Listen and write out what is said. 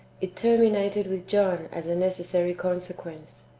it terminated with john as a necessary consequence.